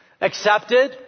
accepted